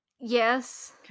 Yes